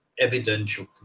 evidential